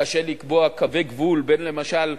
קשה לקבוע קווי גבול בין, למשל,